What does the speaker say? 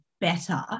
better